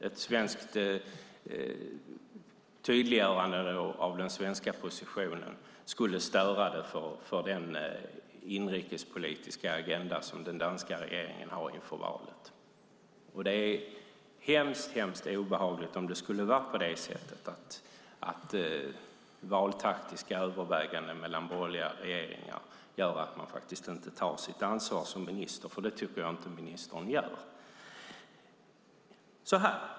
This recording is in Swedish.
Ett tydliggörande av den svenska positionen skulle störa den inrikespolitiska agenda som den danska regeringen har inför valet. Det är hemskt obehagligt om det skulle vara på det sättet att valtaktiska överväganden mellan borgerliga regeringar gör att man faktiskt inte tar sitt ansvar som minister, för det tycker jag inte att ministern gör.